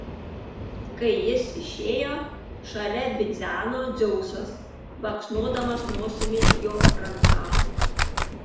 kai jis išėjo šalia bidzeno dzeusas baksnodamas nosimi jo ranką